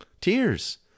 tears